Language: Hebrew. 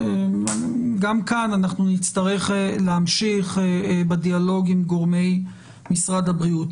גם כאן אנחנו נצטרך להמשיך בדיאלוג עם גורמי משרד הבריאות.